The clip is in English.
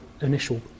initial